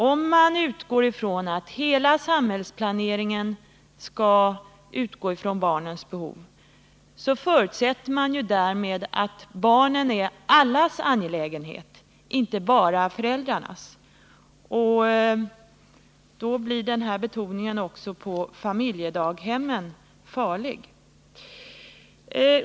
Om man utgår från att hela samhällsplaneringen skall bygga på barnens behov, förutsätter man därmed att barnen är allas angelägenhet, inte bara föräldrarnas. Då blir också den här betoningen av familjedaghemmen farlig.